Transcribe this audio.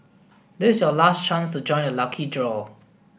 this your last chance to join the lucky draw